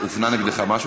אתה, הופנה נגדך משהו?